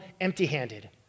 empty-handed